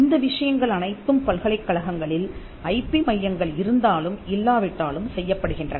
இந்த விஷயங்கள் அனைத்தும் பல்கலைக்கழகங்களில் ஐபி மையங்கள் இருந்தாலும் இல்லாவிட்டாலும் செய்யப்படுகின்றன